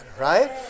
right